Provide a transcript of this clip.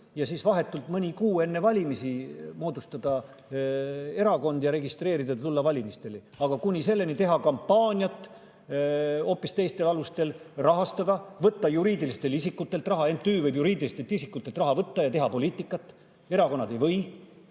ja vahetult mõni kuu enne valimisi moodustada erakond, see registreerida ja tulla valimistele ning kuni selleni teha kampaaniat hoopis teistel alustel ja võtta juriidilistelt isikutelt raha. MTÜ võib juriidiliselt isikult raha võtta ja teha poliitikat, erakonnad ei või.